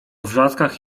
wrzaskach